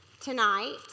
tonight